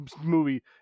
movie